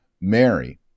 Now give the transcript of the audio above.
Mary